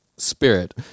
spirit